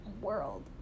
world